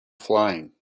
flying